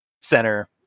center